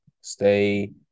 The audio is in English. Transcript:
Stay